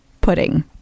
pudding